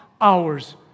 hours